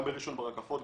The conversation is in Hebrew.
גם בראשון ברקפות,